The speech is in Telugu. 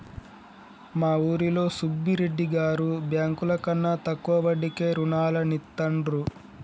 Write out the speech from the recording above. మా ఊరిలో సుబ్బిరెడ్డి గారు బ్యేంకుల కన్నా తక్కువ వడ్డీకే రుణాలనిత్తండ్రు